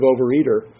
overeater